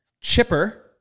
chipper